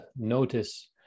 notice